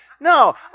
No